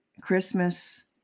Christmas